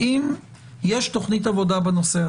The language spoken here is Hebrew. האם יש תוכנית עבודה בנושא?